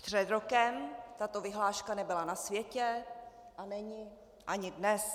Před rokem tato vyhláška nebyla na světě a není ani dnes.